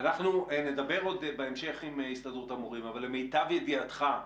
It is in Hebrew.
אנחנו נדבר עוד בהמשך עם הסתדרות המורים אבל למיטב ידיעתך,